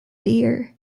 deer